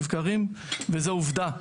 וזו עובדה.